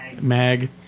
Mag